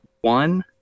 one